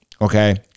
Okay